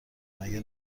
مگه